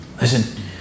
Listen